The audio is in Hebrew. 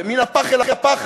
זה מן הפח אל הפחת.